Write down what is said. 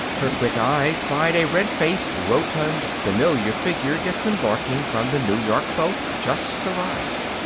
her quick eye spied a red-faced, rotund, familiar figure disembarking from the new york boat, just arrived.